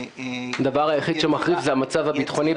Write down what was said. --- הדבר היחיד שמחריף בינתיים זה המצב הביטחוני,